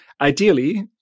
ideally